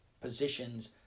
Positions